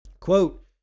Quote